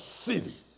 city